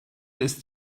ist